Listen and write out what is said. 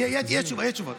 יש תשובות.